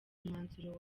umwanzuro